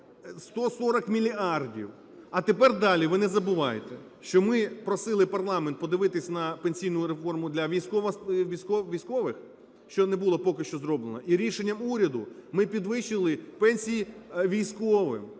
140 мільярдів! А тепер далі. Ви не забувайте, що ми просили парламент подивитись на пенсійну реформу для військових, що не було поки що зроблено, і рішенням уряду ми підвищили пенсії військовим.